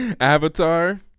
Avatar